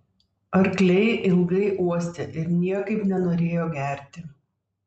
arkliai ilgai uostė ir niekaip nenorėjo gerti